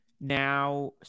now